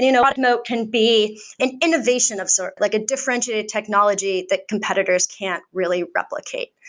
you know but moat can be an innovation of sort, like a differentiated technology that competitors can't really replicate.